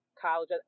college